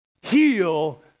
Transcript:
heal